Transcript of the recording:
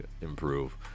improve